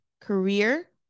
career